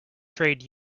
trade